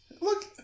look